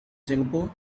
singapore